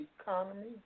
economy